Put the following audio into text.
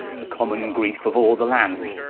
the common greefe of all the land.